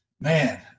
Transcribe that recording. man